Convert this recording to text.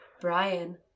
Brian